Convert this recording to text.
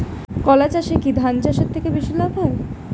কলা চাষে কী ধান চাষের থেকে বেশী লাভ হয়?